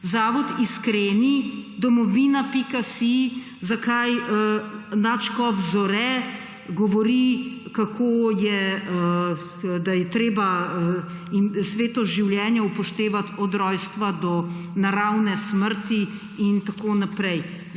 Zavod Iskreni, domovina.si, zakaj nadškof Zore govori, da je treba svetost življenja upoštevati od rojstva do naravne smrti in tako naprej.